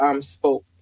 spoke